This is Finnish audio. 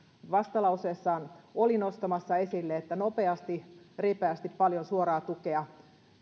vastalauseessaan erityisesti oli nostamassa esille nopeasti ripeästi paljon suoraa tukea